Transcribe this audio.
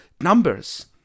numbers